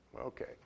Okay